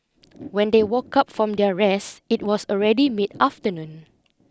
when they woke up from their rest it was already mid afternoon